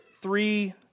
three